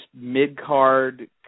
mid-card